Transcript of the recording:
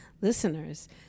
listeners